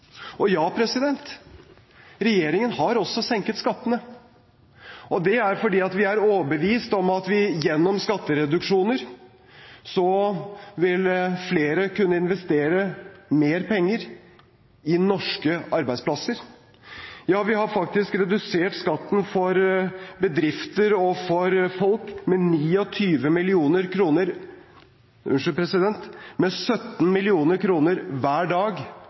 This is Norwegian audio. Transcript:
Og ja, regjeringen har også senket skattene. Det er fordi vi er overbevist om at gjennom skattereduksjoner vil flere kunne investere mer penger i norske arbeidsplasser. Vi har faktisk redusert skatten for bedrifter og for folk med